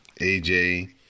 AJ